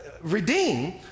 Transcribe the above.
Redeem